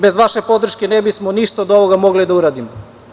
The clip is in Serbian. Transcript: Bez vaše podrške ne bismo ništa od ovoga mogli da uradimo.